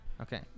okay